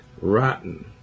rotten